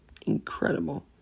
incredible